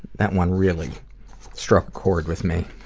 that one really struck a chord with me.